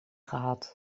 gehad